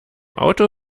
auto